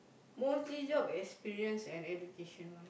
more seek job experience and education why